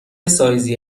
سایزی